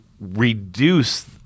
reduce